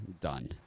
done